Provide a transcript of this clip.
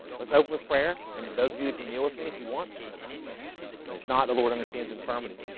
let's hope with prayer and those of you that can deal with me if you want that and if not the lord understands infirmity